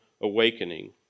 awakening